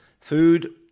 food